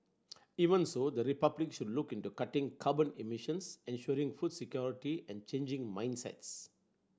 even so the Republic should look into cutting carbon emissions ensuring food security and changing mindsets